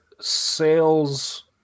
sales